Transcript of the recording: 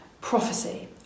prophecy